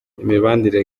imibanire